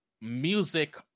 music